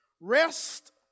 Rest